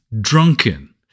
drunken